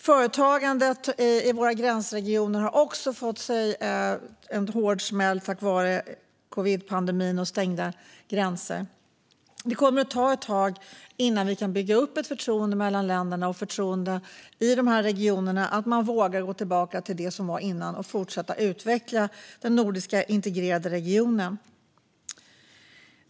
Företagandet i våra gränsregioner har också fått sig en hård smäll på grund av covidpandemin och de stängda gränserna. Det kommer att ta ett tag innan vi kan bygga upp ett förtroende mellan länderna och i dessa regioner så att man vågar gå tillbaka till det som var innan och vågar fortsätta utveckla den nordiska integrerade regionen.